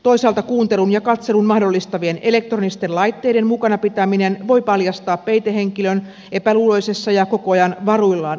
toisaalta kuuntelun ja katselun mahdollistavien elektronisten laitteiden mukana pitäminen voi paljastaa peitehenkilön epäluuloisessa ja koko ajan varuillaan olevassa seurassa